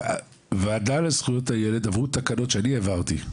בוועדה לזכויות הילד עברו תקנות שאני העברתי.